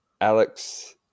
Alex